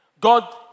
God